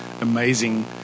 amazing